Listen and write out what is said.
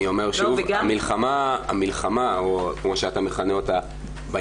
בעניין הזה המלחמה, כמו שאתה מכנה אותה,